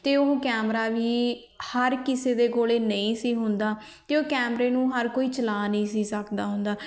ਅਤੇ ਉਹ ਕੈਮਰਾ ਵੀ ਹਰ ਕਿਸੇ ਦੇ ਕੋਲ ਨਹੀਂ ਸੀ ਹੁੰਦਾ ਅਤੇ ਉਹ ਕੈਮਰੇ ਨੂੰ ਹਰ ਕੋਈ ਚਲਾ ਨਹੀਂ ਸੀ ਸਕਦਾ ਹੁੰਦਾ